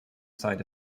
side